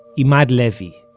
emad levy,